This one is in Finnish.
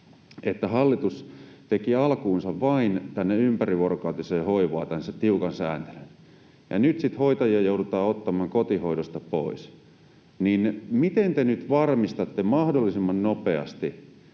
että hallitus teki alkuunsa vain ympärivuorokautiseen hoivaan tällaisen tiukan sääntelyn ja nyt sitten hoitajia joudutaan ottamaan kotihoidosta pois. Miten te nyt varmistatte mahdollisimman nopeasti,